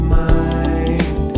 mind